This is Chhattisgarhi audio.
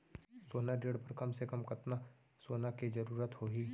सोना ऋण बर कम से कम कतना सोना के जरूरत होही??